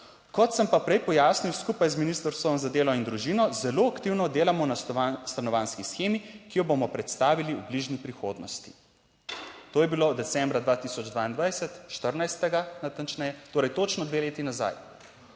kot sem pa prej pojasnil, skupaj z Ministrstvom za delo in družino zelo aktivno delamo na stanovanjski shemi, ki jo bomo predstavili v bližnji prihodnosti. To je bilo decembra 2022, 14. natančneje torej točno dve leti nazaj.